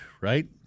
right